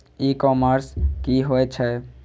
ई commerce की होए छै?